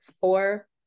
four